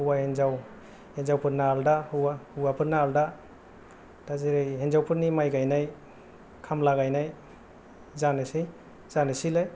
हौवा हिनजाव हिनजावफोरना आलदा हौवा हौवाफोरना आलदा दा जेरै हिनजावफोरनि माय गायनाय खामला गायनाय जानोसै जानोसैलाय